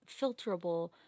filterable